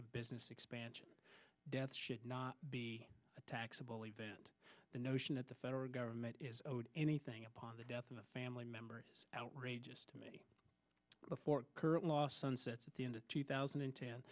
a business expansion death should not be a taxable event the notion that the federal government is owed anything upon the death of a family member is outrageous to me before the current law sunsets at the end of two thousand and ten